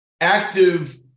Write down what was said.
active